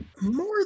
more